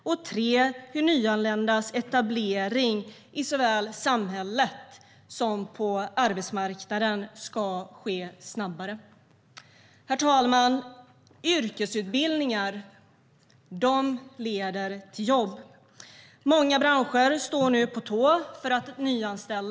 För det tredje vill jag tala om hur nyanländas etablering såväl i samhället som på arbetsmarknaden ska ske snabbare. Herr talman! Yrkesutbildningar leder till jobb. Många branscher står nu på tå för att nyanställa.